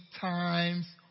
times